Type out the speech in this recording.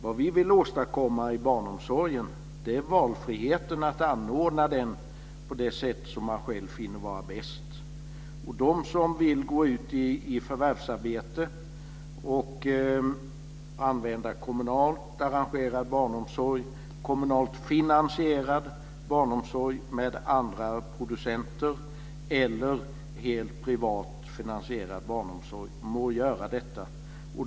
Vad vi vill åstadkomma inom barnomsorgen är valfriheten att anordna den på det sätt som man själv finner bäst. De som vill gå ut i förvärvsarbete och använda kommunalt arrangerad barnomsorg, kommunalt finansierad barnomsorg med andra producenter eller helt privat finansierad barnomsorg må göra det.